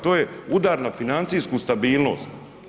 To je udar na financijsku stabilnost.